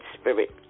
spirit